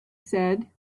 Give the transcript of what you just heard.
said